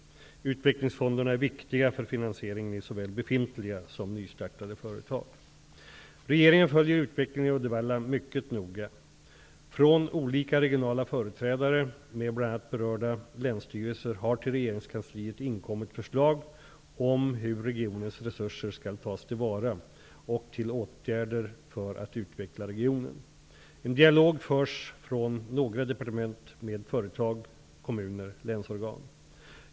Utvecklingsfonderna är viktiga för finansieringen i såväl befintliga som nystartade företag. Regeringen följer utvecklingen i Uddevalla mycket noga. Från olika regionala företrädare med bl.a. berörda länsstyrelser har till regeringskansliet inkommit förslag om hur regionens resurser skall tas tillvara och till åtgärder för att utveckla regionen. En dialog förs från några departement med företag, kommun och länsorgan.